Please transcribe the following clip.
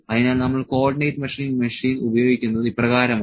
അതിനാൽ നമ്മൾ coordinate measuring machine ഉപയോഗിക്കുന്നത് ഇപ്രകാരമാണ്